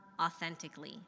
authentically